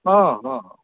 हँ हँ